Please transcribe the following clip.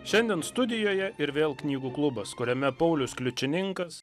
šiandien studijoje ir vėl knygų klubas kuriame paulius kliučininkas